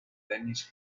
dennis